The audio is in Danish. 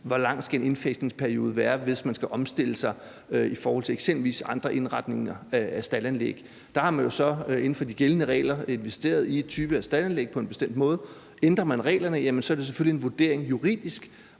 hvor lang en indfasningsperiode skal være, hvis man skal omstille sig i forhold til eksempelvis andre indretninger af staldanlæg. Der har man jo så inden for de gældende regler investeret i en type af staldanlæg på en bestemt måde. Ændrer man reglerne, er det selvfølgelig en juridisk